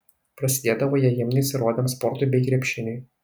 prasidėdavo jie himnais ir odėm sportui bei krepšiniui